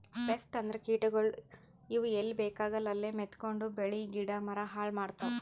pest ಅಂದ್ರ ಕೀಟಗೋಳ್, ಇವ್ ಎಲ್ಲಿ ಬೇಕಾಗಲ್ಲ ಅಲ್ಲೇ ಮೆತ್ಕೊಂಡು ಬೆಳಿ ಗಿಡ ಮರ ಹಾಳ್ ಮಾಡ್ತಾವ್